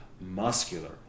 Muscular